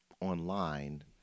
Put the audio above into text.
online